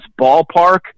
ballpark